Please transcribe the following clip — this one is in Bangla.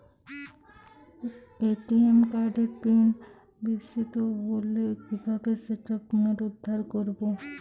এ.টি.এম কার্ডের পিন বিস্মৃত হলে কীভাবে সেটা পুনরূদ্ধার করব?